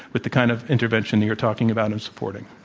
with the kind of intervention that you're talking about and supporting?